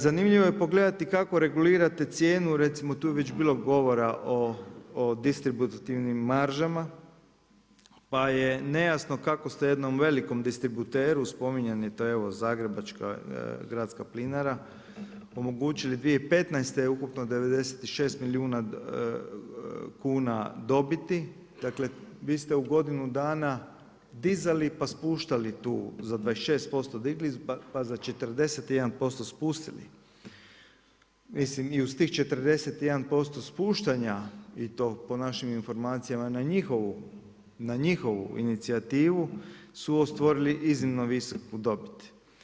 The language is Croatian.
Zanimljivo je pogledati kako regulirate cijenu recimo, tu je već bilo govora o distributivnim maržama pa je nejasno kako ste jednom velikom distributeru spominjan ta zagrebačka Gradska plinara omogućili 2015. ukupno 96 milijuna kuna dobiti, dakle vi ste u godinu dana dizali pa spuštali tu za 26% digli pa za 41% spustili i uz tih 41% spuštanja i to po našim informacijama na njihovu inicijativu su ostvarili iznimno visoku dobit.